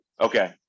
Okay